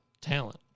talent